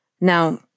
Now